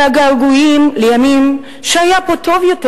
בגעגועים לימים שהיה פה טוב יותר,